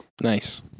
Nice